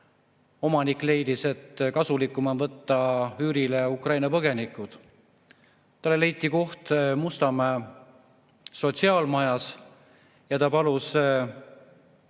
omanik leidis, et kasulikum on võtta üürile Ukraina põgenikud. Talle leiti koht Mustamäe sotsiaalmajas. Ja kui ta palus